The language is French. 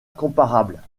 comparable